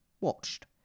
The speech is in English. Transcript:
watched